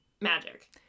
Magic